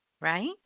Right